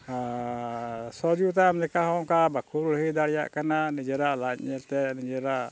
ᱟᱨ ᱥᱚᱦᱚᱡᱳᱜᱤᱛᱟ ᱮᱢ ᱞᱮᱠᱟ ᱦᱚᱸ ᱚᱱᱠᱟ ᱵᱟᱠᱚ ᱞᱟᱹᱲᱦᱟᱹᱭ ᱫᱟᱲᱮᱭᱟᱜ ᱠᱟᱱᱟ ᱱᱤᱡᱮᱨᱟᱜ ᱞᱟᱡ ᱧᱮᱞ ᱛᱮ ᱱᱤᱡᱮᱨᱟᱜ